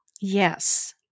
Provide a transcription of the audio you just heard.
Yes